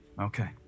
Okay